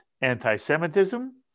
anti-semitism